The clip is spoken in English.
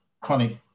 chronic